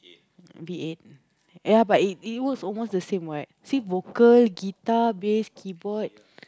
the eighth ya but it it works almost the same what see vocal guitar bass keyboard